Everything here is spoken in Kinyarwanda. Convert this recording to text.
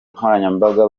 nkoranyambaga